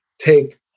take